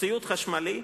ציוד חשמלי,